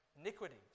iniquities